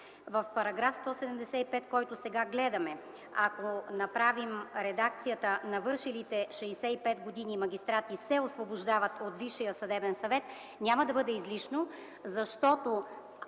в § 175, който сега гледаме, ако направим редакцията: „Навършилите 65 години магистрати се освобождават от Висшия съдебен съвет”, няма да бъде излишно.